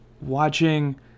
watching